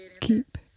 keep